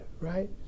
right